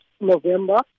November